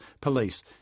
Police